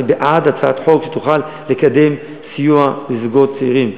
אני בעד הצעת חוק שתוכל לקדם סיוע לזוגות צעירים,